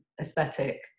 aesthetic